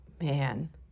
man